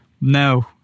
No